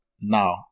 now